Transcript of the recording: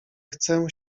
chcę